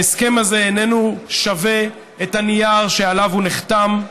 ההסכם הזה איננו שווה את הנייר שעליו הוא נחתם.